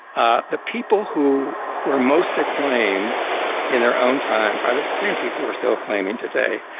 ah the people who were most acclaimed in their own time are the same people we're still acclaiming today.